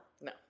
No